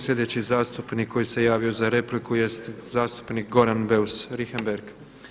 Slijedeći zastupnik koji se javio za repliku jest zastupnik Goran Beus Richembergh.